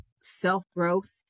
self-growth